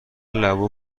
لبو